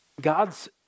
God's